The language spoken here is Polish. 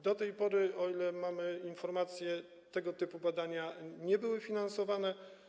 Do tej pory, o ile mamy rzetelne informacje, tego typu badania nie były finansowane.